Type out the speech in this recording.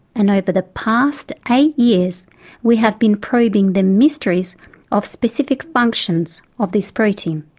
and over the past eight years we have been probing the mysteries of specific functions of this protein.